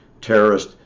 terrorist